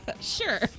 Sure